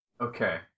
Okay